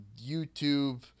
YouTube